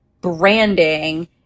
branding